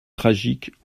tragique